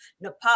nepal